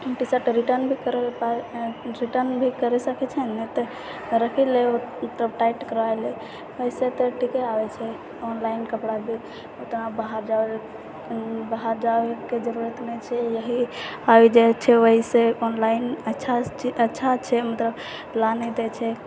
T shirt return भी करल पड़ल रिटर्न भी करए सकैत छै नहि तऽ राखि लए तऽ टाइट करवा लेब ओहिसँ तऽ ठीके आबैत छै ऑनलाइन कपड़ा भी ओतना बाहर जाए बाहर जाएके जरूरत नहि छै इएह आबी जाइत छै ओएहसँ ऑनलाइन अच्छा अच्छा छै मतलब लाबि देइत छै